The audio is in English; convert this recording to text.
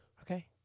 okay